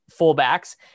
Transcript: fullbacks